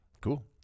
Cool